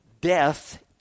Death